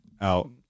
out